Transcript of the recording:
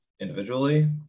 individually